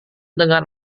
dengar